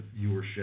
viewership